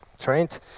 trained